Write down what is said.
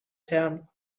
town